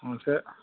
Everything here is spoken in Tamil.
ஆ சரி